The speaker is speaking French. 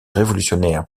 révolutionnaire